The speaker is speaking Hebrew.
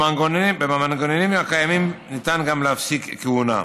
במנגנונים הקיימים ניתן גם להפסיק כהונה.